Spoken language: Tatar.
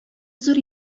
зур